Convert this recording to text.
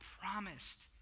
promised